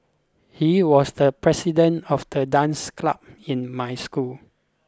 he was the president of the dance club in my school